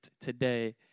today